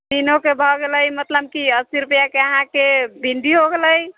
तीनोके भऽ गेलै मतलब कि अस्सी रुपैआके अहाँकेँ भिण्डी हो गेलै